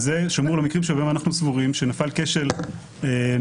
וזה שמור למקרים שבהם אנחנו סבורים שנפל כשל נורמטיבי